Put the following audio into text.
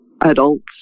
adults